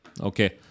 okay